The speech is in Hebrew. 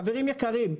חברים יקרים,